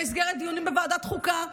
במסגרת דיונים בוועדת חוקה הסכמנו,